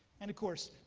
and of course,